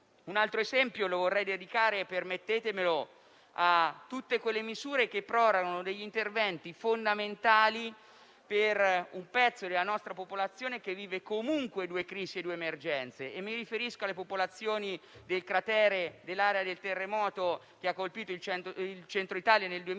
Un altro esempio lo vorrei dedicare - permettetemelo - a tutte quelle misure che prorogano degli interventi fondamentali per un pezzo della nostra popolazione che vive comunque due crisi e due emergenze. Mi riferisco alle popolazioni dell'area del cratere del terremoto che ha colpito il Centro Italia nel